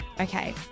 Okay